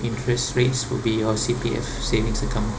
interest rates would be your C_P_F savings account